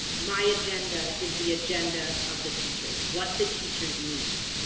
my agenda is the agenda of the teachers. what the teachers need.